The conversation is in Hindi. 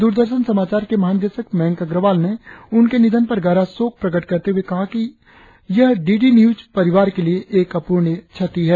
दूरदर्शन समाचार के महानिदेशक मंयक अग्रवनाल ने उनके निधन पर गहरा शोक प्रकट करते हुए कहा यह डी डी न्यूज परिवार के लिए एक अपूरणीय क्षति है